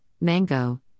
mango